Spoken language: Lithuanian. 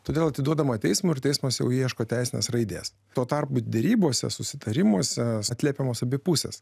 todėl atiduodama teismui ir teismas jau ieško teisinės raidės tuo tarpu derybose susitarimuose atliepiamos abi pusės